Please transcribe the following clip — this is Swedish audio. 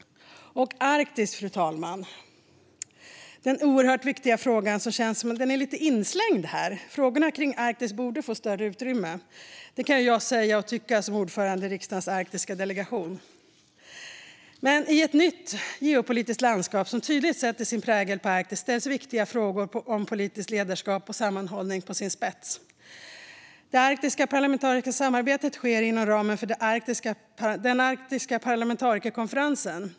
Fru talman! Arktis, denna oerhört viktiga fråga, känns lite inslängd här. Jag kan som ordförande i riksdagens arktiska delegation säga och tycka att Arktisfrågorna borde få större utrymme. I ett nytt geopolitiskt landskap som tydligt sätter sin prägel på Arktis ställs viktiga frågor om politiskt ledarskap och sammanhållning på sin spets. Det arktiska parlamentarikersamarbetet sker inom ramen för den arktiska parlamentarikerkonferensen.